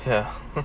ya